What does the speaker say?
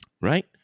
right